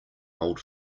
old